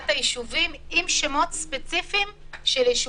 הישובים עם שמות ספציפיים של ישובים.